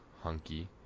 Hunky